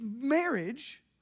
marriage